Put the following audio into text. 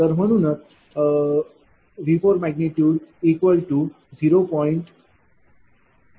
तर म्हणूनच V40